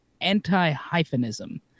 anti-hyphenism